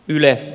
yle